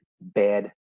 bad